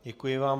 Děkuji vám.